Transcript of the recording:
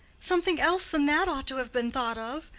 something else than that ought to have been thought of.